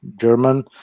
German